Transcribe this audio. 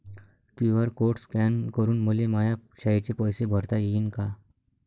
QR code scan करून मले माया शाळेचे पैसे भरता येईन का?